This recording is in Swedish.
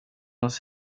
hos